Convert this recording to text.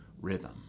rhythm